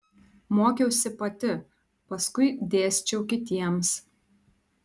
mokiausi pati paskui dėsčiau kitiems